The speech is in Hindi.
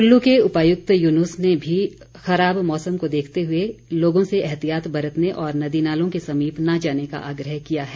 कुल्लू के उपायुक्त युनुस ने भी खराब मौसम को देखते हुए लोगों से एहतियात बरतने और नदी नालों के समीप न जाने का आग्रह किया है